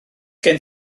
gen